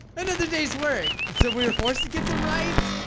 another day's work. so we were forced to get them rights.